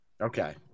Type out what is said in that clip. Okay